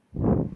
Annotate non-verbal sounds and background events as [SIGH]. [BREATH]